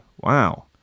Wow